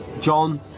John